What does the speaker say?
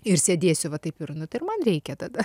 ir sėdėsiu va taip ir nu tai ir man reikia tada